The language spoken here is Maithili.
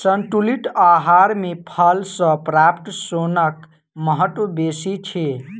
संतुलित आहार मे फल सॅ प्राप्त सोनक महत्व बेसी अछि